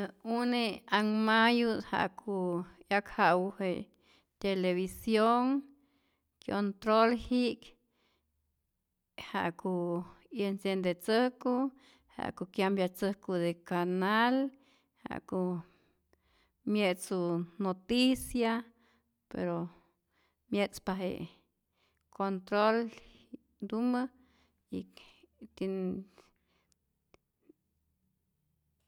Äa une anhmayu't ja'ku 'yakja'pu je television, controlji'k, ja'ku 'yenciendetzäjku, ja'ku kyampyatzäjku de canal, ja'ku mye'tzu noticia, pero mye'tzpa je controlji'knhtumä y y,